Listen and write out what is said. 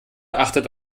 achtet